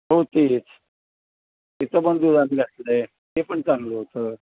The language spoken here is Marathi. हो तेच तिचं पण दूध आम्ही घातलं आहे ते पण चांगलं होतं